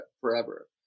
forever